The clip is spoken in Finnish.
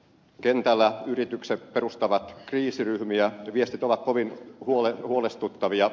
kentällä yritykset perustavat kriisiryhmiä ja viestit ovat kovin huolestuttavia